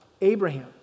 Abraham